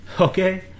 Okay